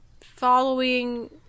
following